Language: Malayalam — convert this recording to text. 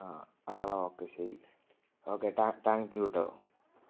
ആ ആടാ ഓക്കെ ശരി ഓക്കെ ടാങ്ക് യൂ കേട്ടോ